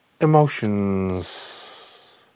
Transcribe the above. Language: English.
Emotions